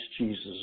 Jesus